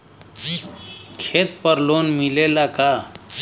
खेत पर लोन मिलेला का?